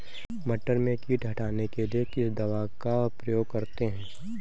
मटर में कीट हटाने के लिए किस दवा का प्रयोग करते हैं?